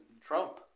Trump